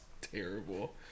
terrible